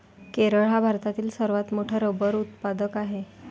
केरळ हा भारतातील सर्वात मोठा रबर उत्पादक आहे